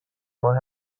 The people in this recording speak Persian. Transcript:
ماه